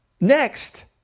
Next